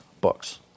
books